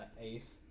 ace